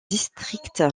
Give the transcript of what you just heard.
district